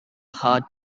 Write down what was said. hard